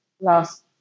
last